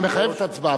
אה, מחייבת הצבעה.